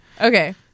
Okay